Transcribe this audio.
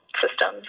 systems